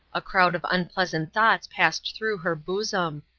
a crowd of unpleasant thoughts passed through her bosom.